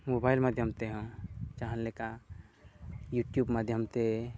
mobile ᱢᱟᱭᱫᱷᱚᱢ ᱛᱮᱦᱚᱸ ᱡᱟᱦᱟᱸ ᱞᱮᱠᱟ ᱤᱭᱩᱴᱩᱵᱽ ᱢᱟᱭᱫᱷᱚᱢ ᱛᱮ